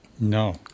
No